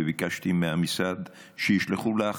וביקשתי מהמשרד שישלחו לך,